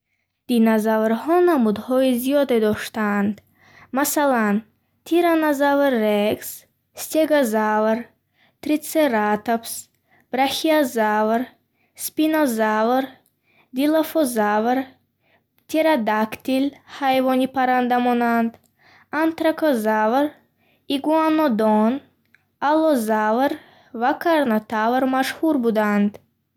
Динозаврҳо намудҳои зиёде доштанд. Масалан, тираннозавр рекс, стегозавр, тритсератопс, брахиозавр, спинозавр, дилофозавр, птеродактил (ҳайвони паррандамонанд), антракозавр, игуанодон, алозавр ва карнотавр машҳур буданд.